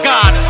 God